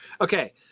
okay